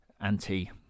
anti